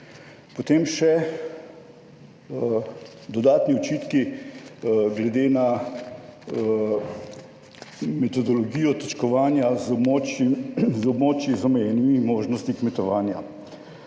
Potem še dodatni očitki glede na metodologijo točkovanja z območij, z območji z omejenimi možnostmi kmetovanja.